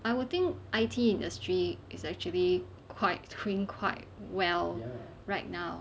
I would think I_T industry is actually quite doing quite well right now